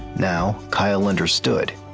now, kyle understood.